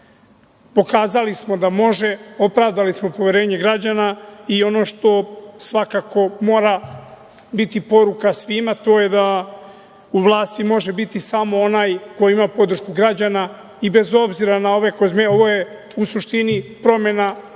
dana. Pokazali smo da može, opravdali smo poverenje građana i ono što svakako mora biti poruka svima, to je da u vlasti može biti samo onaj ko ima podršku građana i bez obzira na ove, ovo je u suštini promena